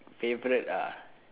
favourite ah